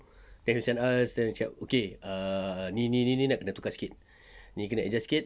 then will send us then cakap okay err ni ni ni nak kena tukar sikit ni kena adjust sikit